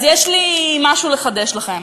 אז יש לי משהו לחדש לכם: